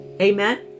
Amen